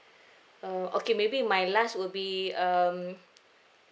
uh okay maybe my last would be um